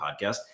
podcast